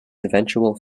eventual